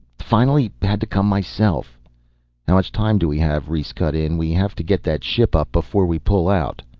finally. had to come myself how much time do we have? rhes cut in. we have to get that ship up before we pull out.